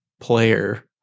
player